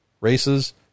races